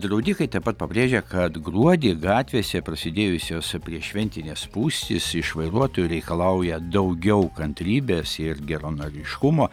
draudikai taip pat pabrėžė kad gruodį gatvėse prasidėjusios prieššventinės spūstys iš vairuotojų reikalauja daugiau kantrybės ir geranoriškumo